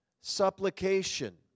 supplication